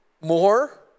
More